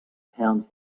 pounds